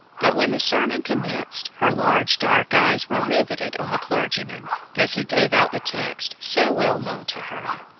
but when the sermon commenced her large dark eyes were riveted on the clergyman as he gave out the text so well known to her